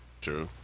True